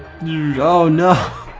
you know oh no!